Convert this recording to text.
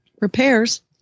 repairs